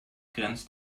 grenzt